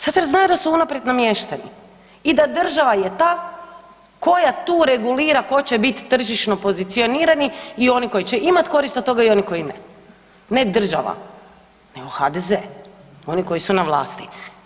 Zato jer znaju da su unaprijed namješteni i da država je ta koja tu regulira tko će biti tržišno pozicionirani i oni koji će imati korist od toga i oni koji ne, ne država nego HDZ, oni koji su na vlasti.